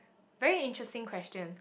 very interesting question